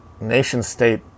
nation-state